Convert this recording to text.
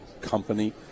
company